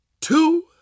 two